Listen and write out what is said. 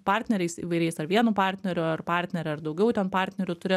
partneriais įvairiais ar vienu partneriu ar partnere ar daugiau ten partnerių turi